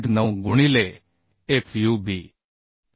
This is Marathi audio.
9 गुणिले FUB